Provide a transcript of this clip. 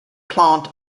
plant